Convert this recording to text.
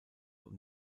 und